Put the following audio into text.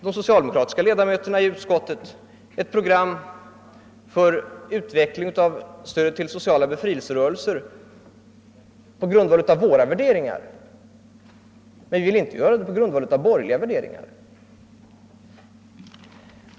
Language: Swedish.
Vi socialdemokratiska ledamöter av utrikesutskottet har anslutit oss till ett program för utveckling av stödet till sociala befrielserörelser på grundval av våra värderingar, men vi vill inte ställa upp ett program på grundval av borgerliga värderingar.